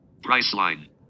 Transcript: Priceline